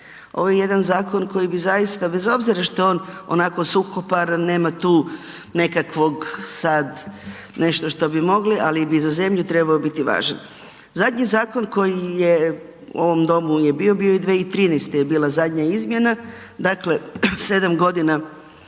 ovo je jedan zakon koji bi zaista bez obzira što je on onako suhoparan, nema tu nekakvog sad nešto što bi mogli ali bi za zemlju trebao biti važan. Zadnji zakon koji je u ovom domu je bio, bio je 2013. je bila zadnja izmjena, dakle 7 g.